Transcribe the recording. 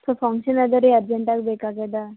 ಸ್ವಲ್ಪ ಫಂಕ್ಷನ್ ಅದೆ ರೀ ಅರ್ಜೆಂಟಾಗಿ ಬೇಕಾಗ್ಯದೆ